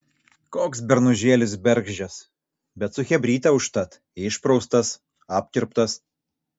koks bernužėlis bergždžias bet su chebryte užtat išpraustas apkirptas